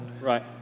Right